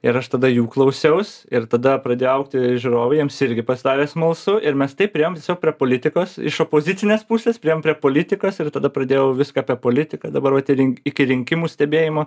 ir aš tada jų klausiaus ir tada pradėjo augti žiūrovai jiems irgi pasidarė smalsu ir mes taip priėjom tiesiog prie politikos iš opozicinės pusės priėjom prie politikos ir tada pradėjau viską apie politiką dabar vat ir rin iki rinkimų stebėjimo